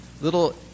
little